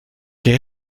que